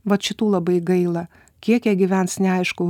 vat šitų labai gaila kiek jie gyvens neaišku